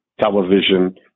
Television